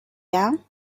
down